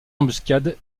embuscade